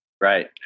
Right